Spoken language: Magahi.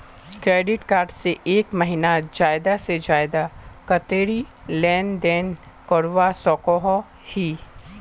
क्रेडिट कार्ड से एक महीनात ज्यादा से ज्यादा कतेरी लेन देन करवा सकोहो ही?